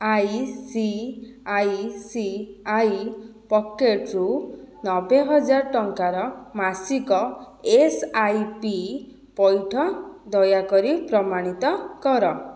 I C I C I ପକେଟ୍ରୁ ନବେହଜାର ଟଙ୍କାର ମାସିକ ଏସ୍ ଆଇ ପି ପୈଠ ଦୟାକରି ପ୍ରମାଣିତ କର